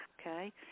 okay